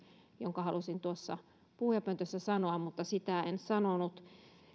jonka halusin tuossa puhujapöntössä sanoa mutta sitä en sanonut